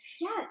Yes